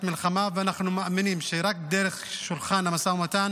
מלחמה ואנחנו מאמינים שרק דרך שולחן המשא ומתן